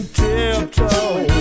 tiptoe